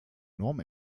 normen